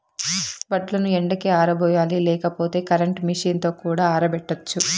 వడ్లను ఎండకి ఆరబోయాలి లేకపోతే కరెంట్ మెషీన్ తో కూడా ఆరబెట్టచ్చు